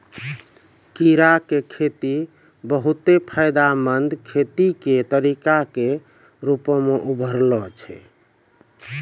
कीड़ा के खेती बहुते फायदामंद खेती के तरिका के रुपो मे उभरलो छै